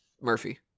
Murphy